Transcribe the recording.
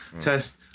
test